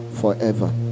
forever